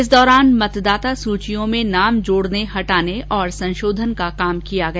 इस दौरान मतदाता सूचियों में नाम जोड़ने हटाने और संशोधन करने का काम किया गया